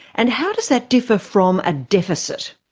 and how does that differ from a deficit?